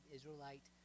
Israelite